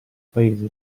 paese